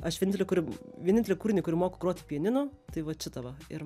aš vienintelė kurį vienintelį kūrinį kurį moku groti pianinu tai vat šitą va ir